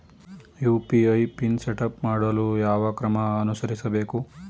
UPI pin setup ಮಾಡಲು ಯಾವ ಕ್ರಮ ಅನುಸರಿಸಬೇಕು?